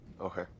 Okay